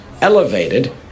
elevated